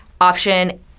option